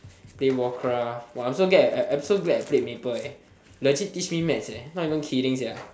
play warcraft !wah! I'm so glad I'm I'm so glad I played mple eh legit teach me maths eh not even kidding sia